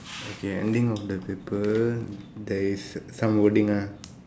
okay ending of the paper there is some wording ah